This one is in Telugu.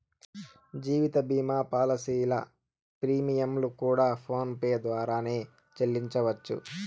జీవిత భీమా పాలసీల ప్రీమియంలు కూడా ఫోన్ పే ద్వారానే సెల్లించవచ్చు